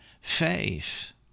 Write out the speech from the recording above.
faith